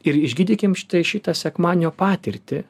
ir išgydykim štai šitą sekmadienio patirtį